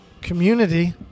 community